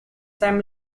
seinem